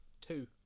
two